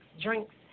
drinks